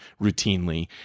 routinely